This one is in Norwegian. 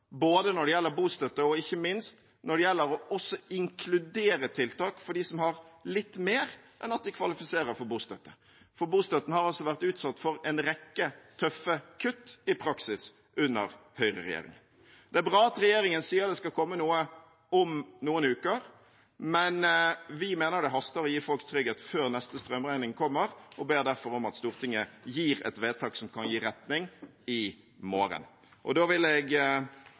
både når det gjelder bostøtte, og ikke minst når det gjelder å inkludere tiltak for dem som har litt mer enn at de kvalifiserer for bostøtte. For bostøtten har vært utsatt for en rekke tøffe kutt i praksis under høyreregjeringen. Det er bra at regjeringen sier det skal komme noe om noen uker, men vi mener det haster å gi folk trygghet før neste strømregning kommer, og ber derfor om at Stortinget gjør et vedtak som kan gi retning i morgen. Da vil jeg